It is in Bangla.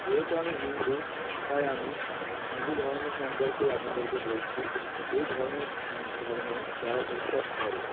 যেহেতু আমি হিন্দু তাই আমি হিন্দু ধর্ম সম্পর্কেই আপনাদেরকে বলছি এই ধর্মের ধর্মে যারা বিশ্বাস করে